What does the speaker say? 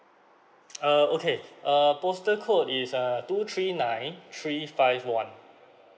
err okay err postal code is uh two three nine three five one